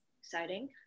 Exciting